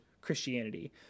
Christianity